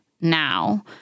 now